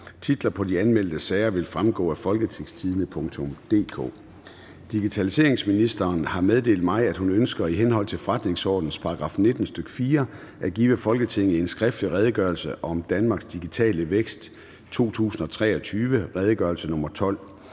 Titlerne på de anmeldte sager vil fremgå af www.folketingstidende.dk (jf. ovenfor). Digitaliseringsministeren (Marie Bjerre) har meddelt mig, at hun ønsker i henhold til forretningsordenens § 19, stk. 4, at give Folketinget en skriftlig Redegørelse om Danmarks digitale vækst 2023. (Redegørelse nr. R